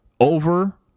over